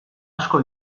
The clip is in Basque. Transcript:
asko